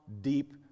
deep